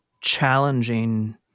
challenging